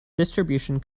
distribution